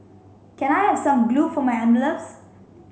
can I have some glue for my envelopes